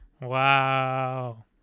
Wow